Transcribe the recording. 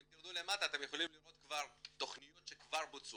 אם נרד למטה, אתם יכולים לראות תכניות שכבר בוצעו.